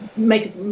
make